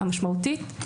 המשמעותית,